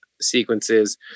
sequences